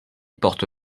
porte